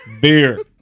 beer